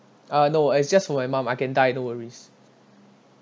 uh no it's just for my mum I can die no worries